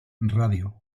radio